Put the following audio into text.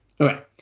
Okay